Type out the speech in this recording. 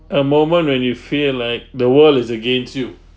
a moment when you feel like the world is against you